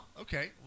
okay